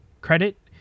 credit